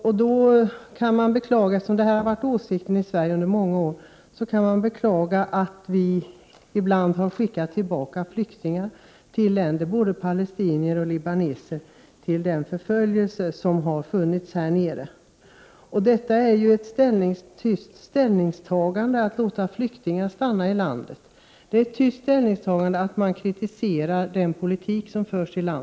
Eftersom man i Sverige har haft dessa åsikter under många år kan man beklaga att vi i Sverige ibland har skickat tillbaka flyktingar, både palestinier och libaneser, till den förföljelse som har rått i vissa länder. Det innebär ett tyst ställningstagande att man låter flyktingar stanna i landet och att man kritiserar den politik som förs.